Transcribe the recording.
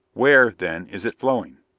where, then, is it flowing?